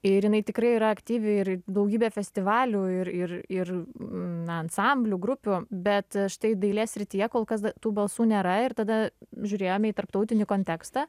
ir jinai tikrai yra aktyvi ir daugybė festivalių ir ir ir na ansamblių grupių bet štai dailės srityje kol kas da tų balsų nėra ir tada žiūrėjom į tarptautinį kontekstą